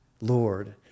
Lord